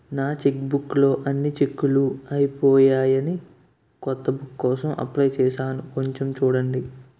నా చెక్బుక్ లో అన్ని చెక్కులూ అయిపోయాయని కొత్త బుక్ కోసం అప్లై చేసాను కొంచెం చూడండి